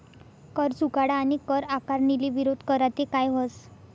कर चुकाडा आणि कर आकारणीले विरोध करा ते काय व्हस